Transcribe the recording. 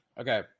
Okay